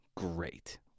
great